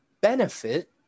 benefit